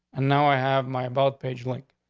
and now i have my about page link.